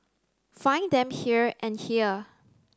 find them here and here